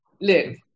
live